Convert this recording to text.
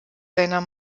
seiner